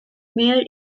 mayor